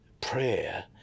prayer